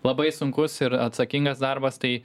labai sunkus ir atsakingas darbas tai